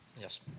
Yes